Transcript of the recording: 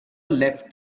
left